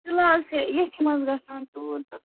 فِلہال چھِ ییٚتتھۍ منٛز گَژھن ژوٗر تہٕ